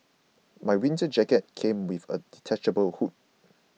my winter jacket came with a detachable hood